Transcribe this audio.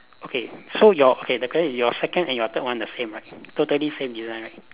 okay so your okay the credit your second and your third one the same right totally same design right